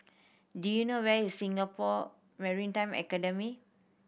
do you know where is Singapore Maritime Academy